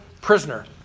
prisoner